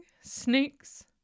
snakes